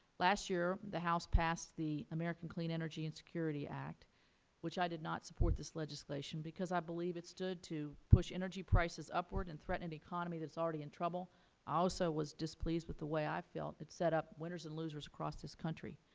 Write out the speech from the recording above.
last year the house passed the american clean energy and security act i did not support this legislation because i believe it stood to push energy prices upward and threaten an economy that is already in trouble. i also was displeased with the way i felt it set up winners and losers across this country.